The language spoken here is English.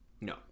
No